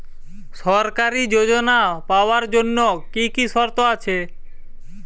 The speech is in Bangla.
সরকারী যোজনা পাওয়ার জন্য কি কি শর্ত আছে?